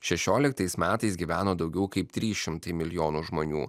šešioliktais metais gyveno daugiau kaip trys šimtai milijonų žmonių